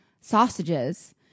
sausages